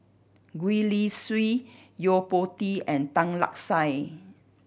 Gwee Li Sui Yo Po Tee and Tan Lark Sye